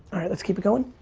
right, let's keep it going.